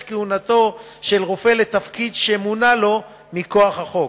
כהונתו של רופא לתפקיד שמונה לו מכוח החוק.